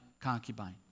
concubine